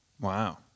Wow